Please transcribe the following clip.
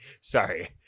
Sorry